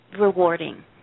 rewarding